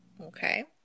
Okay